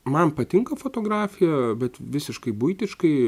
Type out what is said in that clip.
man patinka fotografija bet visiškai buitiškai